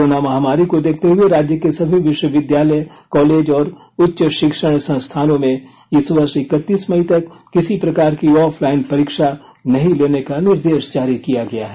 corona महामारी को देखते हुए राज्य के सभी विश्वविद्यालय कॉलेज और उच्च शिक्षण संस्थानों में इस वर्ष इक्तीस मई तक किसी प्रकार की ऑफलाइन परीक्षा नहीं लेने का निर्देश जारी किया गया है